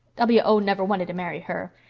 w o. never wanted to marry her.